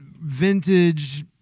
vintage